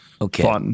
Okay